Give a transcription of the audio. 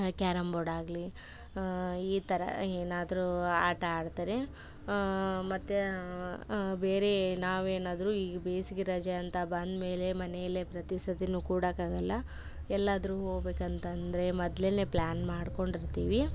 carrom ಬೋರ್ಡಾಗಲಿ ಈ ಥರ ಏನಾದರೂ ಆಟ ಆಡ್ತಾರೆ ಮತ್ತು ಬೇರೆ ನಾವು ಏನಾದರು ಈ ಬೇಸಿಗೆ ರಜೆ ಅಂತ ಬಂದಮೇಲೆ ಮನೆಯಲ್ಲೇ ಪ್ರತಿ ಸರ್ತಿಯು ಕೂಡೋಕ್ಕಾಗಲ್ಲ ಎಲ್ಲಾದರು ಹೋಗ್ಬೇಕಂತಂದ್ರೆ ಮೊದ್ಲೆನೇ ಪ್ಲಾನ್ ಮಾಡ್ಕೊಂಡು ಇರ್ತೀವಿ